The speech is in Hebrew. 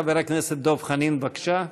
חבר הכנסת דב חנין, בבקשה.